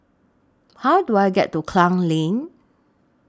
How Do I get to Klang Lane